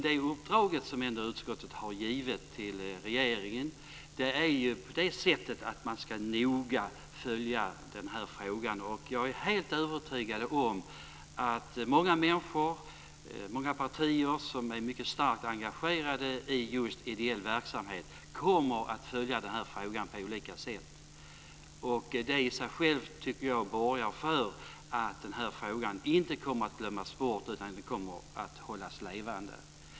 Det uppdrag utskottet har givit regeringen är att noga följa frågan. Jag är helt övertygad om att människor och partier som är starkt engagerade i ideell verksamhet kommer att följa frågan på olika sätt. Det i sig borgar för att frågan inte kommer att glömmas bort utan hållas levande.